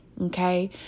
okay